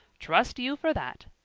trust you for that!